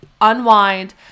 unwind